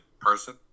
person